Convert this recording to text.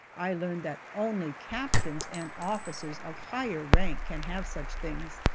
i learned that only captains and officers of higher rank can have such things.